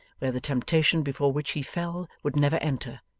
where the temptation before which he fell would never enter,